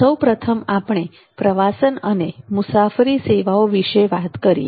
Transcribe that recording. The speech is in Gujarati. સૌપ્રથમ આપણે પ્રવાસન અને મુસાફરી સેવાઓ વિશે વાત કરીએ